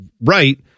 right